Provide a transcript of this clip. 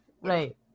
right